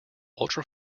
ultra